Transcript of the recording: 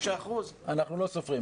אנחנו לא סופרים.